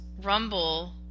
rumble